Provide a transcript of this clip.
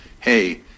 hey